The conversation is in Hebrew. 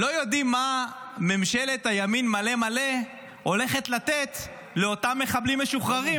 לא יודעים מה ממשלת הימין מלא-מלא הולכת לתת לאותם מחבלים משוחררים.